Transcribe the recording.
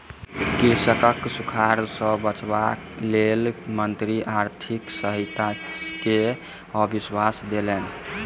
कृषकक सूखाड़ सॅ बचावक लेल मंत्री आर्थिक सहायता के आश्वासन देलैन